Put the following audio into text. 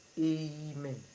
Amen